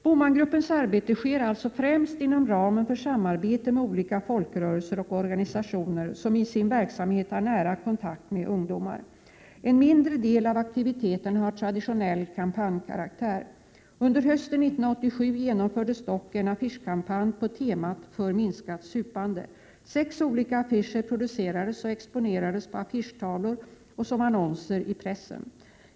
BOMAN-gruppens arbete sker alltså främst inom ramen för samarbete med olika folkrörelser och organisationer som i sin verksamhet har nära kontakt med ungdomar. En mindre del av aktiviteterna har traditionell kampanjkaraktär. Under hösten 1987 genomfördes dock en affischkampanj på temat För minskat supande. Sex olika affischer producerades och exponerades på affischtavlor och som annonser i pressen.